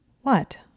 What